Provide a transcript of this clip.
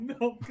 no